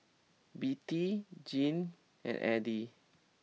Bette Jeannie and Eddie